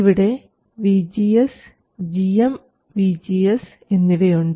ഇവിടെ VGS gmVGS എന്നിവയുണ്ട്